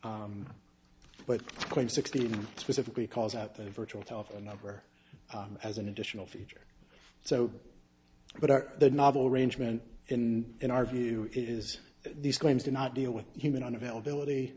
but quite sixteen specifically calls out the virtual telephone number as an additional feature so what are the novel arrangement and in our view it is these claims do not deal with human on availability